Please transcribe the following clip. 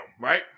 right